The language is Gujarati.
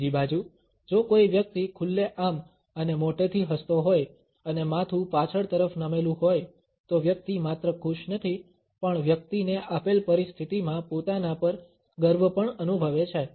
બીજી બાજુ જો કોઈ વ્યક્તિ ખુલ્લેઆમ અને મોટેથી હસતો હોય અને માથું પાછળ તરફ નમેલું હોય તો વ્યક્તિ માત્ર ખુશ નથી પણ વ્યક્તિને આપેલ પરિસ્થિતિમાં પોતાના પર ગર્વ પણ અનુભવે છે